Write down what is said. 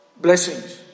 blessings